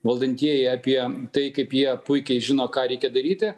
valdantieji apie tai kaip jie puikiai žino ką reikia daryti